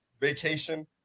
vacation